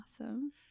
Awesome